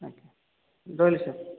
ଆଜ୍ଞା ରହିଲି ସାର୍